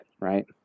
right